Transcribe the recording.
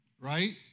right